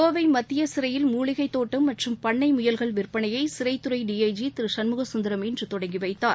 கோவைமத்தியசிறையில் மூலிகைதோட்டம் மற்றம் பண்ணமுயல்கள் விற்பனையைசிறைத்துறைடிஐஜிதிருசண்முகசுந்தரம் இன்றுதொடங்கிவைத்தார்